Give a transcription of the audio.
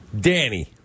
Danny